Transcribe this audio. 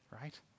right